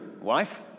wife